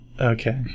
Okay